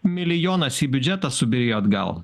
milijonas į biudžetą subyrėjo atgal